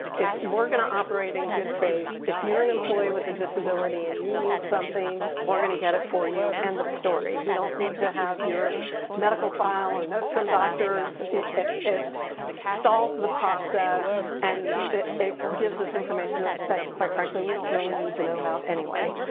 if we're going to operate in good faith if you're an employee with a disability and you need something, we're going to get it for you, end of story. we don't need to have your medical file or notes from doctors. it it stalls the process and it it gives us information that, quite frankly, we don't really need to know about anyway.